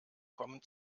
kommen